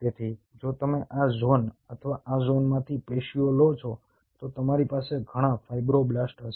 તેથી જો તમે આ ઝોન અથવા આ ઝોનમાંથી પેશીઓ લો છો તો તમારી પાસે ઘણાં ફાઇબ્રોબ્લાસ્ટ્સ હશે